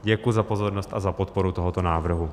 Děkuji za pozornost a za podporu tohoto návrhu.